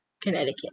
Connecticut